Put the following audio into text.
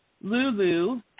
Lulu